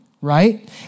right